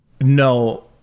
No